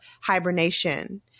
hibernation